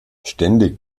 ständig